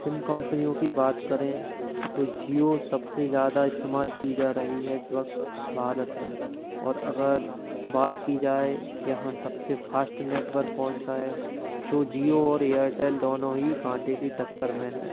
SIM कम्पनियों की बात करें तो जियो सबसे ज़्यादा इस्तेमाल की जा रही है इस वक्त भारत में और अगर बात की जाए यहाँ सबसे फास्ट नेटवर्क कौन सा है तो जियो और एयरटेल दोनों ही काँटे की टक्कर में हैं